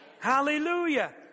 Hallelujah